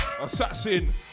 Assassin